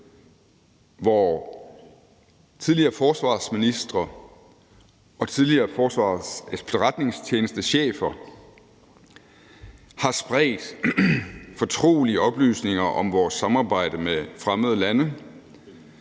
hvor tidligere forsvarsministre og tidligere forsvarsefterretningstjenestechefer har spredt fortrolige oplysninger om vores samarbejde med fremmede lande,